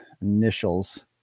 initials